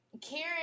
Karen